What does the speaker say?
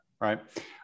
right